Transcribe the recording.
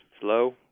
Slow